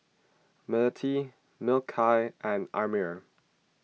Melati Mikhail and Ammir